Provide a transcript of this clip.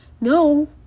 No